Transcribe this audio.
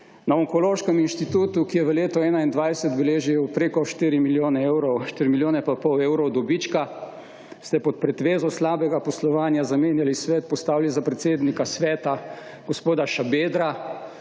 na Onkološkem inštitutu, ki je v letu 2021 beležil preko štiri milijone evrov, štiri milijone in pol evrov dobička ste pod pretvezo slabega poslovanja zamenjali svet, postavili za predsednika sveta gospoda Šabedra,